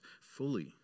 fully